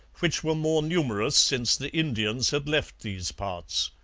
which were more numerous since the indians had left these parts.